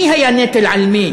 מי היה נטל על מי